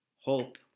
hope